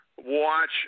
Watch